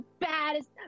baddest